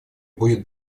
будет